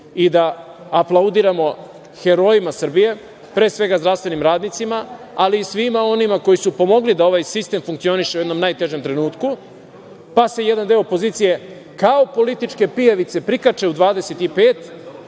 i da aplaudiramo herojima Srbije, pre svega zdravstvenim radnicima, ali i svima onima koji su pomogli da ovaj sistem funkcioniše u jednom najtežem trenutku, pa se jedan deo opozicije se, kao političke pijavice, prikače u 20,05